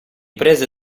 prese